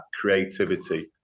creativity